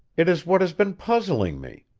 it is what has been puzzling me.